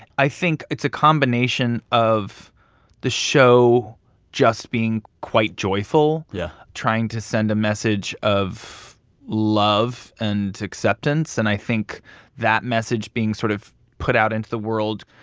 i think it's a combination of the show just being quite joyful. yeah. trying to send a message of love and acceptance. and i think that message being sort of put out into the world,